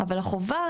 אבל החובה,